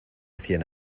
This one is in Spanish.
cien